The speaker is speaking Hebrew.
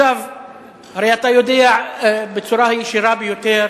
הרי אתה יודע בצורה הישירה ביותר